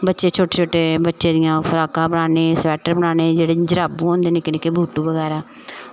बच्चे छोटे छोटे बच्चें दियां फ्राकां बनानी स्वेटर बनानी जेह्ड़े जराबू होंदे निक्के निक्के बूटु बगैरा ओह् बनानी